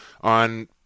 on